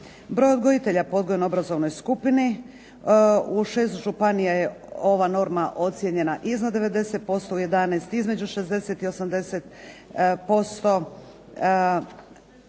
Broj odgojitelja po odgojno-obrazovnoj skupini, u 6 županija je ova norma ocijenjena iznad 90%, u 11 između 60 i 80%,